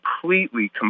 completely